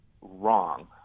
wrong